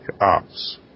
Ops